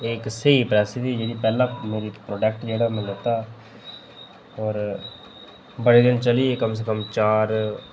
एह् इक स्हेई प्रेस ही जेह्ड़ा में पैह्ला प्रोडक्ट लैता हा होर बड़े दिन चली ही कम से कम चार